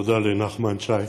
תודה לנחמן שי